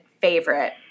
favorite